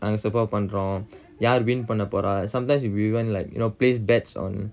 ansafa பண்றோம் யாரு:panrom yaru win பண்ணப்போறா:pannappora sometimes we even like you know place bets on